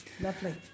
Lovely